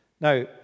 Now